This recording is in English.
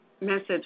message